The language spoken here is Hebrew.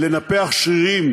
לנפח שרירים,